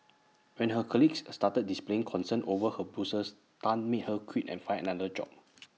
when her colleagues started displaying concern over her Bruises Tan made her quit and find another job